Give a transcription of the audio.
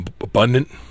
abundant